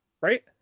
Right